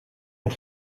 een